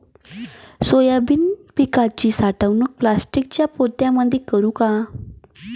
Soybean पिकाची साठवणूक प्लास्टिकच्या पोत्यामंदी करू का?